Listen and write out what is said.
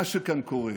מה שכאן קורה,